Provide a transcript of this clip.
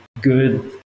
good